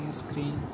screen